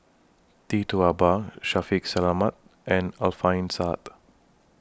Tee Tua Ba Shaffiq Selamat and Alfian Sa'at